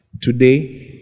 today